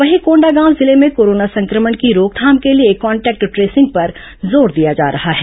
वहीं कोंडागांव जिले में कोरोना संक्रमण की रोकथाम के लिए कॉन्टेक्ट ट्रेसिंग पर जोर दिया जा रहा है